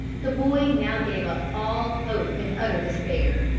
the boy now gave up all hope in utter despair.